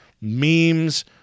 memes